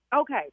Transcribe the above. Okay